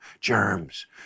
germs